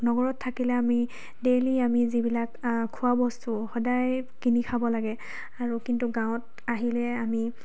নগৰত থাকিলে আমি দেইলি আমি যিবিলাক খোৱা বস্তু সদায় কিনি খাব লাগে আৰু কিন্তু গাঁৱত আহিলে আমি